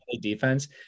defense